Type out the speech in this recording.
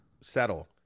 settle